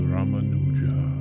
Ramanuja